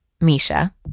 Misha